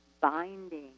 binding